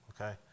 okay